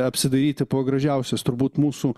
apsidairyti po gražiausias turbūt mūsų